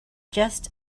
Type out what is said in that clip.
just